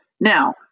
now